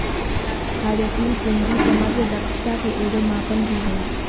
कार्यशील पूंजी समग्र दक्षता के एगो मापन भी हइ